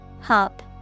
Hop